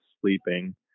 sleeping